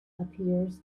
appears